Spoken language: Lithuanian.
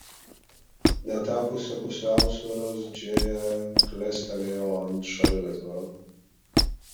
netekusi pusiausvyros džėja klestelėjo ant šaligatvio